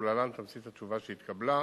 ולהלן תמצית התשובה שהתקבלה: